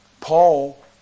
Paul